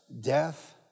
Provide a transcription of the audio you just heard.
death